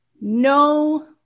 no